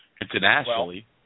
internationally